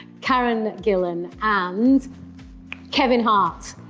karen gillan, and kevin hart.